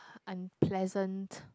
unpleasant